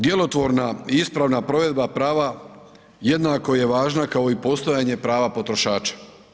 Djelotvorna i ispravna provedba prava jednako je važna kao i postojanje prava potrošača.